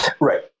Right